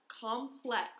complex